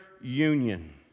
union